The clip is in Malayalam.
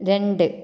രണ്ട്